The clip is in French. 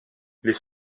les